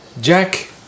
Jack